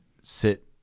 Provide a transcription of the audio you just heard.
sit